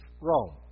Rome